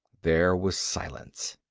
there was silence.